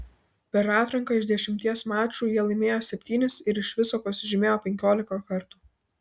per atranką iš dešimties mačų jie laimėjo septynis ir iš viso pasižymėjo penkiolika kartų